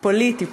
לא פוליטי.